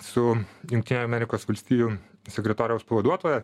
su jungtinių amerikos valstijų sekretoriaus pavaduotoja